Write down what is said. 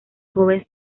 joven